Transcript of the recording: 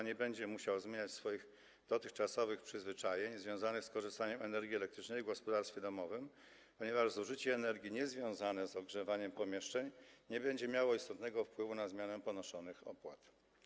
Nie będzie on musiał zmieniać swoich dotychczasowych przyzwyczajeń związanych z korzystaniem z energii elektrycznej w gospodarstwie domowym, ponieważ zużycie energii niezwiązane z ogrzewaniem pomieszczeń nie będzie miało istotnego wpływu na zmianę ponoszonych opłat.